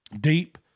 Deep